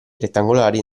rettangolari